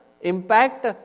impact